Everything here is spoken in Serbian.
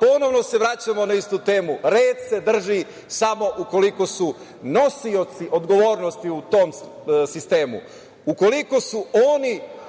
Ponovno se vraćamo na istu temu. Red se drži samo ukoliko su nosioci odgovornosti u tom sistemu, ukoliko su oni